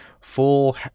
full